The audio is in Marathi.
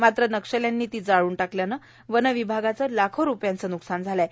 मात्र नक्षल्यांनी ती जाळून टाकल्याने वनविभागाचं लाखो रुपयांचं नुकसान झालं आहे